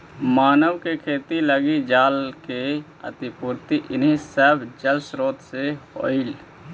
मानव के खेती लगी जल के आपूर्ति इहे सब जलस्रोत से होलइ